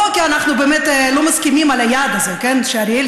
לא כי אנחנו לא מסכימים על היעד הזה שאריאל